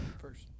First